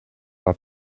war